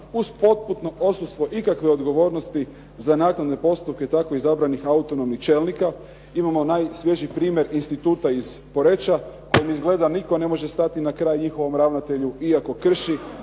uz potpuno odsustvo ikakve odgovornosti za naknade postupke tako izabranih autonomnih čelnika. Imamo najsvježi primjer instituta iz Poreča koji izgleda nitko ne može stati na kraj njihovom ravnatelju iako krši